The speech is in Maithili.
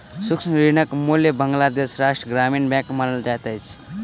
सूक्ष्म ऋणक मूल बांग्लादेश राष्ट्रक ग्रामीण बैंक मानल जाइत अछि